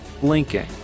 blinking